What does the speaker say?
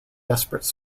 desperate